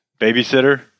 babysitter